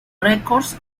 records